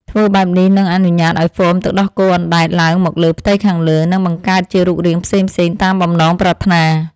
ធ្វើបែបនេះនឹងអនុញ្ញាតឱ្យហ្វូមទឹកដោះគោអណ្តែតឡើងមកលើផ្ទៃខាងលើ និងបង្កើតជារូបរាងផ្សេងៗតាមបំណងប្រាថ្នា។